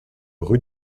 rue